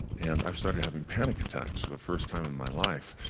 and i've started having panic attacks for the first time in my life,